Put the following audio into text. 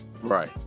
Right